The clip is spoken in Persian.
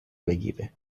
بگیره